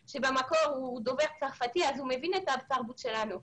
ושבמקור הוא דובר את השפה האם שלו ומכיר את התרבות שלו.